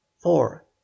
four